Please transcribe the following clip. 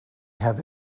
have